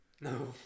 no